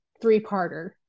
three-parter